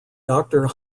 doctor